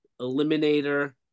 Eliminator